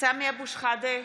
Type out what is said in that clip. סמי אבו שחאדה,